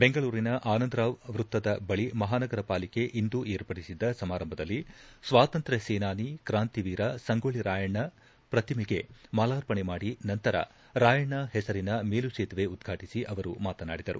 ಬೆಂಗಳೂರಿನ ಆನಂದರಾವ್ ವೃತ್ತದ ಬಳಿ ಮಹಾನಗರ ಪಾಲಿಕೆ ಇಂದು ಏರ್ಪಡಿಸಿದ್ದ ಸಮಾರಂಭದಲ್ಲಿ ಸ್ವಾತಂತ್ರ ಸೇನಾನಿ ಕ್ರಾಂತಿ ವೀರ ಸಂಗೋಳ್ಳರಾಯಣ್ಣ ಪ್ರತಿಮೆಗೆ ಮಾಲಾರ್ಪಣೆ ಮಾಡಿ ನಂತರ ರಾಯಣ್ಣ ಹೆಸರಿನ ಮೇಲು ಸೇತುವೆ ಉದ್ಘಾಟಿಸಿ ಅವರು ಮಾತನಾಡಿದರು